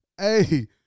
Hey